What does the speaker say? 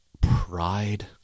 pride